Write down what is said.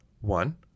One